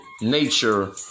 nature